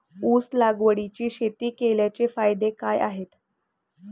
ऊस लागवडीची शेती केल्याचे फायदे काय आहेत?